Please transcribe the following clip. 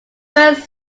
first